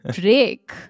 break